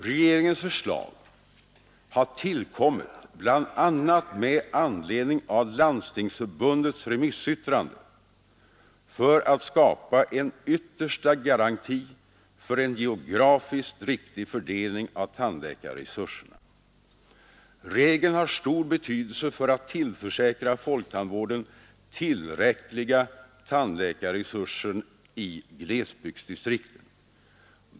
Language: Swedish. Regeringens förslag har tillkommit bl.a. med anledning av Landstingsförbundets remissyttrande för att skapa en yttersta garanti för en geografiskt riktig fördelning av tandläkarresurserna. Regeln har stor betydelse för att tillförsäkra folktandvården tillräckliga tandläkarresurser i glesbygdsdistrikten.